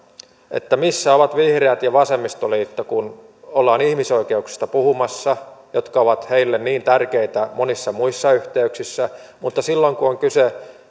missä ovat vihreät ja vasemmistoliitto kun ollaan puhumassa ihmisoikeuksista jotka ovat heille niin tärkeitä monissa muissa yhteyksissä mutta silloin kun on kyse